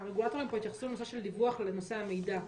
הרגולטורים פה התייחסו לנושא של דיווח לנושא המידע,